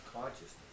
consciousness